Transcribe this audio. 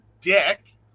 dick